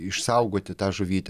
išsaugoti tą žuvytę